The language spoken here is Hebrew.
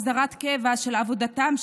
מגיע לך על פי התקנון.